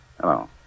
Hello